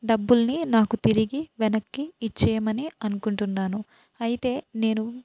డబ్బులని నాకు తిరిగి వెనక్కి ఇచ్చేయమని అనుకుంటున్నాను అయితే నేను